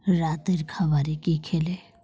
রাতের খাবারে কী খেলে